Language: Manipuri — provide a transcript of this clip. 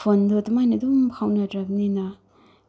ꯐꯣꯟꯗ ꯑꯗꯨꯃꯥꯏꯅ ꯑꯗꯨꯝ ꯐꯥꯎꯅꯔꯕꯅꯤꯅ